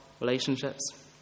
relationships